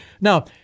Now